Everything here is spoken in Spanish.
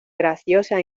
graciosa